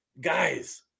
guys